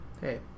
Hey